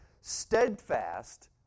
steadfast